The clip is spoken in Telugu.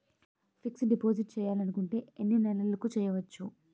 ఫిక్సడ్ డిపాజిట్ చేయాలి అనుకుంటే ఎన్నే నెలలకు చేయొచ్చు?